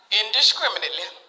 indiscriminately